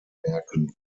werken